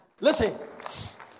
Listen